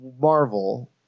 Marvel